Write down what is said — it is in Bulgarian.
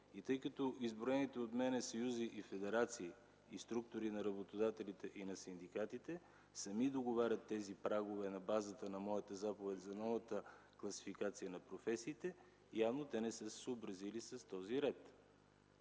Тъй като изброените от мен съюзи, федерации и структурите на работодателите и на синдикатите сами договарят тези прагове на базата на моята заповед за новата класификация на професиите, явно те не са се съобразили с този ред.